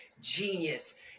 genius